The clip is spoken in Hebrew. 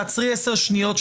עצרי לעשר שניות,